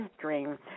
dream